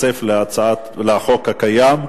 בעד, 11, נגד, אין, אין נמנעים.